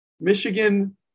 Michigan